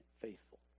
faithful